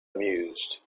amused